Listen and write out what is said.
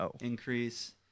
increase